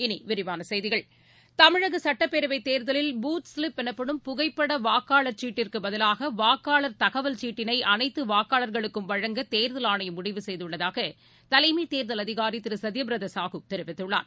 இனி விரிவான செய்திகள் தமிழக சட்டப்பேரவைத் தேர்தலில் பூத் சிலிப் எனப்படும் புகைப்பட வாக்காளர் சீட்டிற்கு பதிலாக வாக்காளா் தகவல் சீட்டினை அனைத்து வாக்காளா்களுக்கும் வழங்க தேர்தல் ஆணையம் முடிவு செய்துள்ளதாக தலைமை தேர்தல் அதிகாரி திரு சத்யபிரதா சாகு தெரிவித்துள்ளார்